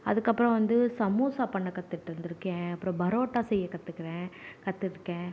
அதுக்கு அப்புறோம் வந்து சமோசா பண்ண கற்றுட்டுருந்துருகேன் அப்புறோம் பரோட்டா செய்ய கற்றுக்குறேன் கற்றுருக்கேன்